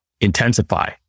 intensify